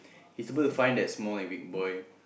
he supposed to find that small and weak boy